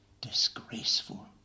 disgraceful